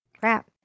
crap